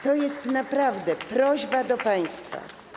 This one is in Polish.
To jest naprawdę prośba do państwa.